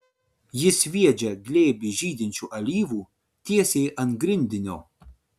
ji sviedžia glėbį žydinčių alyvų tiesiai ant grindinio